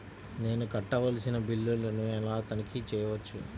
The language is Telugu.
నేను కట్టవలసిన బిల్లులను ఎలా తనిఖీ చెయ్యవచ్చు?